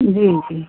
जी जी